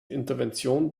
intervention